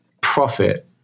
profit